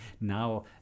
now